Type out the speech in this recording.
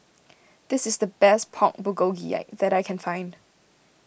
this is the best Pork Bulgogi that I can find